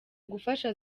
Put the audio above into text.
gufasha